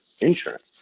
insurance